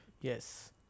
Yes